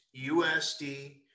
USD